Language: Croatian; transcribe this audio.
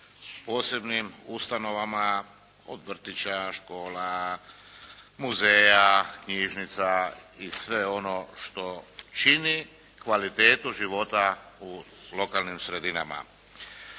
posebnim ustanovama od vrtića, škola, muzeja, knjižnica i sve ono što čini kvalitetu života u lokalnim sredinama.